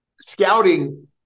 scouting